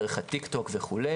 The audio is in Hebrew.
דרך הטיקטוק וכו'.